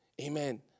Amen